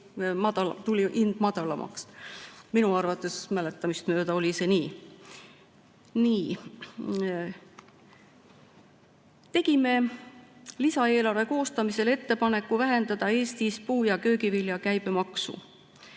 hind madalamaks. Minu mäletamist mööda oli see nii. Nii. Tegime lisaeelarve koostamisel ettepaneku vähendada Eestis puu‑ ja köögivilja käibemaksu,